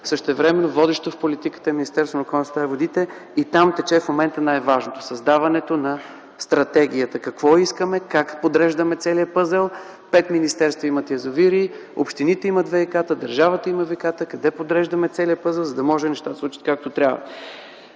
Същевременно водещо в политиката е Министерството на околната среда и водите и там тече в момента най-важното: създаването на стратегията – какво искаме, как подреждаме целия пъзел. Пет министерства имат язовири, общините имат ВиК-та, държавата има ВиК-та, къде подреждаме целия пъзел, за да може да се случат нещата както трябва.